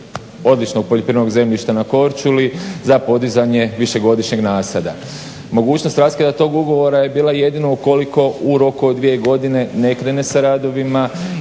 odličnog poljoprivrednog zemljišta na Korčuli za podizanje višegodišnjih nasada. Mogućnost raskida tog ugovora je bila jedino ukoliko u roku od dvije godine ne krene sa radovima